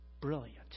brilliant